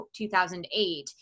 2008